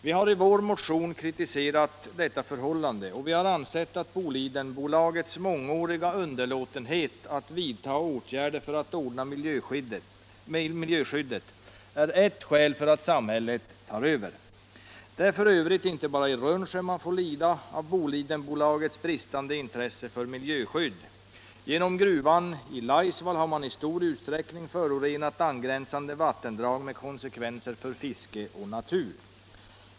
Vi har i vår motion kritiserat detta förhållande, och vi har ansett att Bolidenbolagets mångåriga underlåtenhet att vidta åtgärder för att ordna miljöskyddet är ett skäl för att samhället tar över. Det är f. ö. inte bara i Rönnskär människor får lida av Bolidenbolagets bristande intresse för miljöskydd. Genom gruvan i Laisvall har bolaget i stor utsträckning förorenat angränsande vattendrag med konsekvenser för fiske och natur.